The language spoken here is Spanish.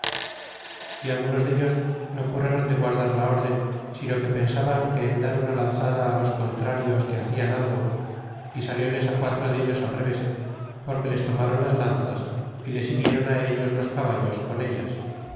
y algunos dellos no curaron de guardar la den sino que pensaban que en dar una lanzada los contrarios que hacian algo y saliffies a quatro danos al rey es porque les tomaron las lanzas y les hirieron ellos los caballos con ellas